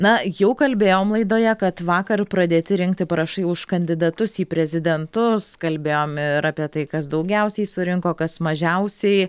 na jau kalbėjom laidoje kad vakar pradėti rinkti parašai už kandidatus į prezidentus kalbėjome ir apie tai kas daugiausiai surinko kas mažiausiai